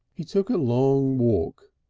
he took a long walk,